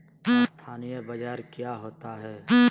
अस्थानी बाजार क्या होता है?